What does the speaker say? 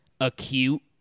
acute